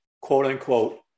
quote-unquote